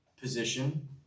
position